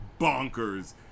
bonkers